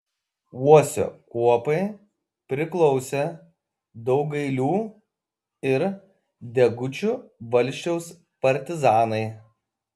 uosio kuopai priklausė daugailių ir degučių valsčiaus partizanai